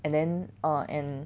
and then err and